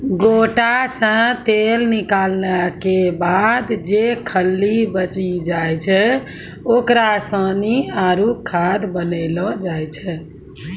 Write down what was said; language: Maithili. गोटा से तेल निकालो के बाद जे खल्ली बची जाय छै ओकरा सानी आरु खाद बनैलो जाय छै